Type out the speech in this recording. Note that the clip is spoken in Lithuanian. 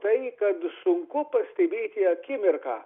tai kad sunku pastebėti akimirką